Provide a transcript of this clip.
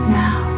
now